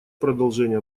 продолжения